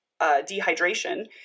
dehydration